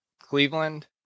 Cleveland